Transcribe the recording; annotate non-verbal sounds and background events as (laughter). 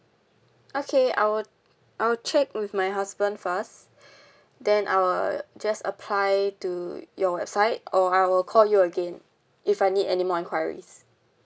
okay I will I'll check with my husband first (breath) then I will just apply to your website or I will call you again if I need any more enquiries